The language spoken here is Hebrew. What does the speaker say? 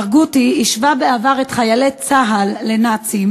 ברגותי השווה בעבר את חיילי צה"ל לנאצים.